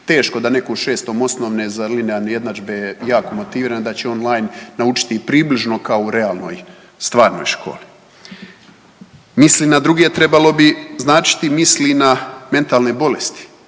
Teško da neko u 6. osnovne za linearne jednadžbe je jako motiviran i da će online naučiti približno kao u realnoj, stvarnoj školi. Misli na druge, trebalo bi značiti misli na mentalne bolesti